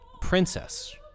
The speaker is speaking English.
princess